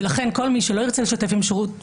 ולכן כל מי שלא ירצה לשתף פעולה עם שירות המבחן,